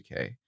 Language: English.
UK